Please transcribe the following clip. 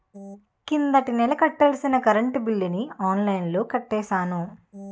కిందటి నెల కట్టాల్సిన కరెంట్ బిల్లుని ఆన్లైన్లో కట్టేశాను